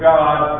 God